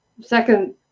second